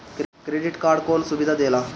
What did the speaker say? Credit card कौन सुबिधा देला?